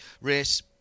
race